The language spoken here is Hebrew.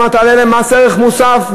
תעלה להם מס ערך מוסף,